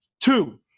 Two